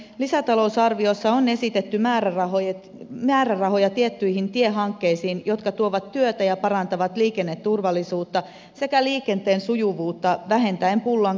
lisätalousarviossa on esitetty määrärahoja tiettyihin tiehankkeisiin jotka tuovat työtä ja parantavat liikenneturvallisuutta sekä liikenteen sujuvuutta vähentäen pullonkauloja